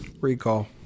recall